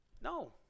no